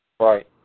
Right